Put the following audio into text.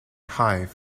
hive